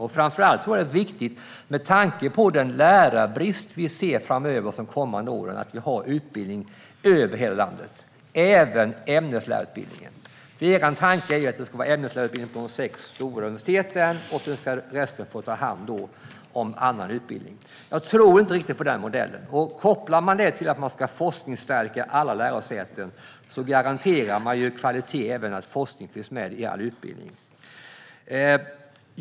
Framför allt tror jag att det är viktigt med tanke på den lärarbrist vi ser framför oss under de kommande åren att vi har utbildning över hela landet. Det gäller även ämneslärarutbildningen. Er tanke är att det ska finnas ämneslärarutbildning på de sex stora universiteten, och sedan ska resten få ta hand om annan utbildning. Jag tror inte riktigt på denna modell. Om man kopplar vårt förslag till att man ska forskningsstärka alla lärosäten garanterar man kvalitet även genom att forskning finns med i all utbildning.